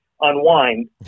unwind